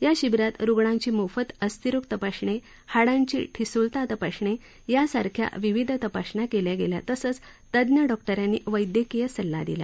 या शिबीरात रुग्णांची मोफत अस्थिरोग तपासणी हाडांची ठिसुळता तपासणी यासारख्या विविध तपासण्या केल्या गेल्या तसंच तज्ञ डॉक्टरांनी वैद्यकीय सल्ला दिला